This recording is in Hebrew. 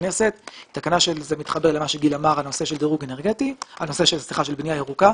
הכנסת וזה מתחבר למה שגיל אמר בנושא של בנייה ירוקה.